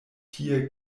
tie